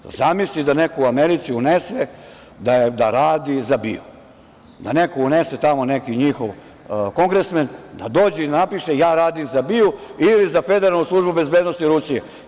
Zamislite da neko u Americi unese da radi za BIA, da tamo neko unese, tamo neki njihov kongresmen da dođem i napiše – ja radim za BIA ili za Federalnu službu bezbednosti Rusije.